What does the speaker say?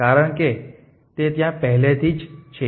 કારણ કે તે ત્યાં પહેલાથી જ છે